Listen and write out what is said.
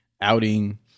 outing